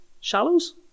Shallows